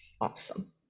Awesome